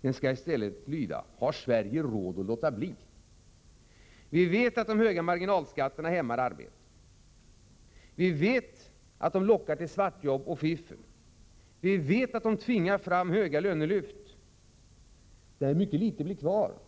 Den borde i stället lyda: Har Sverige råd att låta bli? Vi vet att de höga marginalskatterna hämmar arbete. Vi vet att de lockar till svartjobb och fiffel. Vi vet att de tvingar fram höga lönelyft, där mycket litet blir över.